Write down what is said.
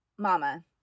Mama